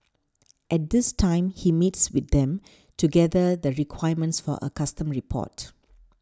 at this time he meets with them to gather the requirements for a custom report